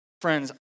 Friends